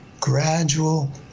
gradual